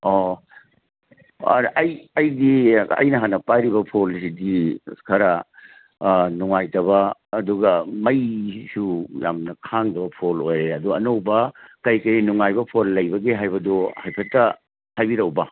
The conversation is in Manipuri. ꯑꯣ ꯑꯩꯗꯤ ꯑꯩꯅ ꯍꯥꯟꯅ ꯄꯥꯏꯔꯤꯕ ꯐꯣꯟꯁꯤꯗꯤ ꯈꯔ ꯅꯨꯡꯉꯥꯏꯇꯕ ꯑꯗꯨꯒ ꯃꯩꯁꯨ ꯌꯥꯝꯅ ꯈꯥꯡꯗꯕ ꯐꯣꯟ ꯑꯣꯏꯔꯦ ꯑꯗꯣ ꯑꯅꯧꯕ ꯀꯔꯤ ꯀꯔꯤ ꯅꯨꯡꯉꯥꯏꯕ ꯐꯣꯟ ꯂꯩꯕꯒꯦ ꯍꯥꯏꯕꯗꯨ ꯍꯥꯏꯐꯦꯠꯇ ꯍꯥꯏꯕꯤꯔꯛꯎꯕ